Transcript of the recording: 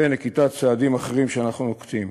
ונקיטת צעדים אחרים שאנחנו נוקטים.